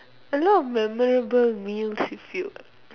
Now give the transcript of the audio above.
a lot of memorable meals with you